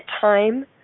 time